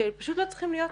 שפשוט לא צריכים להיות שם,